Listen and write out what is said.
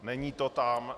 Není to tam.